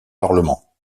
parlement